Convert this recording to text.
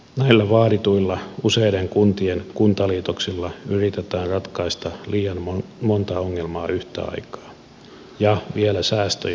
näillä vaadituilla useiden kuntien kuntaliitoksilla yritetään ratkaista liian monta ongelmaa yhtä aikaa ja vielä säästöjä tavoittelemalla